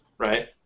Right